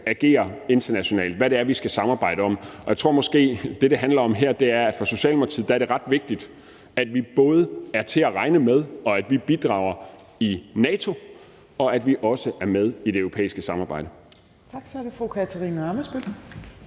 agere internationalt, og hvad det er, vi skal samarbejde om. Jeg tror måske, at det, det handler om her, er, at for Socialdemokratiet er det ret vigtigt, at vi både er til at regne med, og at vi bidrager i NATO, og at vi også er med i det europæiske samarbejde. Kl. 14:41 Tredje næstformand (Trine